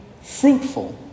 fruitful